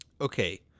okay